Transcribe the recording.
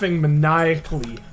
maniacally